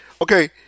okay